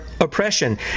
oppression